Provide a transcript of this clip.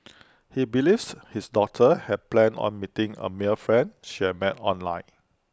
he believes his daughter had planned on meeting A male friend she had met online